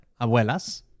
abuelas